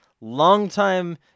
longtime